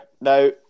Now